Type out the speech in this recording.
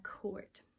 court